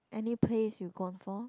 any plays you've gone for